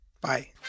Bye